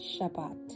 Shabbat